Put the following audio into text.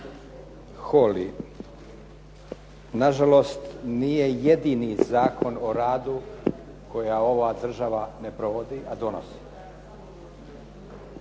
Holy, na žalost nije jedini Zakon o radu koja ova država ne provodi, a donosi.